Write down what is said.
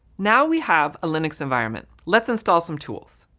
now we have a linux environment. let's install some tools.